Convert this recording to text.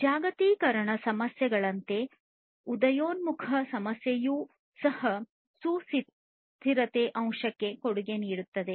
ಜಾಗತೀಕರಣದ ಸಮಸ್ಯೆಗಳಂತೆ ಉದಯೋನ್ಮುಖ ಸಮಸ್ಯೆಗಳೂ ಸಹ ಸುಸ್ಥಿರತೆ ಅಂಶಕ್ಕೆ ಕೊಡುಗೆ ನೀಡುತ್ತವೆ